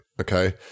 Okay